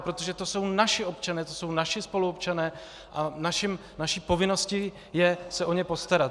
Protože to jsou naši občané, to jsou naši spoluobčané a naší povinností je se o ně postarat.